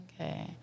Okay